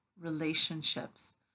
relationships